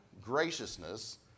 graciousness